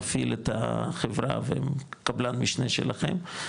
מפעיל את החברה והם קבלן משנה שלכם,